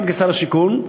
גם כשר השיכון,